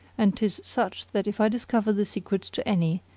and tis such that if i discover the secret to any,